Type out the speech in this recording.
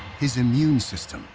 his immune system